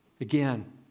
Again